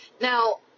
Now